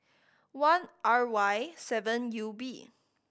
one R Y seven U B